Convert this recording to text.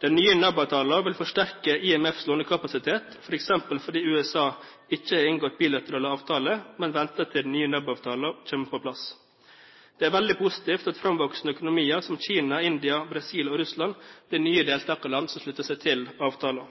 Den nye NAB-avtalen vil forsterke IMFs lånekapasitet, f.eks. fordi USA ikke har inngått bilaterale avtaler, men ventet til den nye NAB-avtalen kommer på plass. Det er veldig positivt at framvoksende økonomier som Kina, India, Brasil og Russland blir nye deltakerland som slutter seg til avtalen.